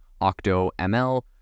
OctoML